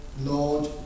Lord